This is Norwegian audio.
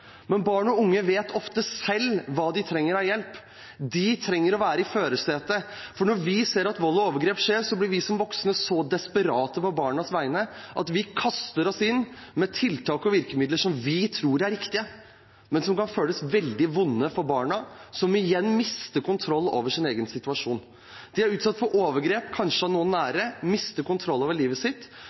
men som kan føles veldig vonde for barna, som igjen mister kontrollen over sin egen situasjon. De er utsatt for overgrep, kanskje av noen nære, mister kontroll over livet sitt,